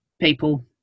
people